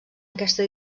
aquesta